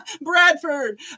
Bradford